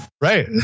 Right